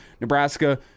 Nebraska